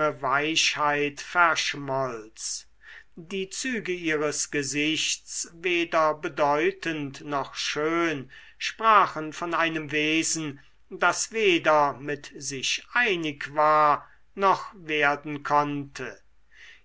weichheit verschmolz die züge ihres gesichts weder bedeutend noch schön sprachen von einem wesen das weder mit sich einig war noch werden konnte